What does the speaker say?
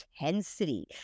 intensity